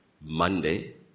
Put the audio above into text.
Monday